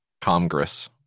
Congress